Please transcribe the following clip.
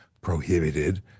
prohibited